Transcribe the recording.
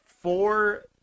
four